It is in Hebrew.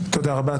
תודה רבה.